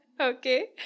Okay